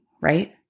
right